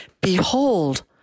Behold